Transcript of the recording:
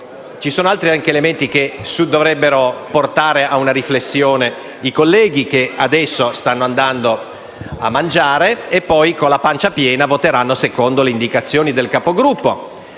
ci sono anche altri elementi che dovrebbero portare ad una riflessione i colleghi che adesso stanno andando a mangiare e che poi, con la pancia piena, voteranno secondo le indicazioni del Capogruppo